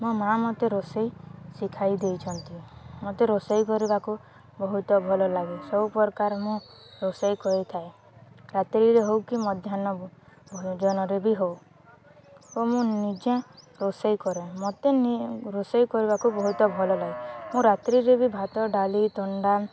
ମୋ ମା' ମୋତେ ରୋଷେଇ ଶିଖାଇ ଦେଇଛନ୍ତି ମୋତେ ରୋଷେଇ କରିବାକୁ ବହୁତ ଭଲଲାଗେ ସବୁପ୍ରକାର ମୁଁ ରୋଷେଇ କରିଥାଏ ରାତିରେ ହଉ କି ମଧ୍ୟାହ୍ନ ଭଜନରେ ବି ହଉ ଓ ମୁଁ ନିଜେ ରୋଷେଇ କରେ ମୋତେ ରୋଷେଇ କରିବାକୁ ବହୁତ ଭଲ ଲାଗେ ମୁଁ ରାତ୍ରିରେ ବି ଭାତ ଡାଲି ଅଣ୍ଡା